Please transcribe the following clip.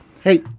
Hey